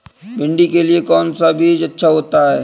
भिंडी के लिए कौन सा बीज अच्छा होता है?